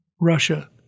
Russia